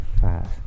fast